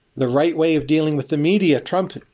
the right way of dealing with the media trump,